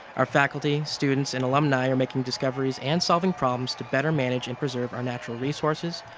our faculty, students and alumni are making discoveries and solving problems to better manage and preserve our natural resources,